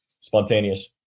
spontaneous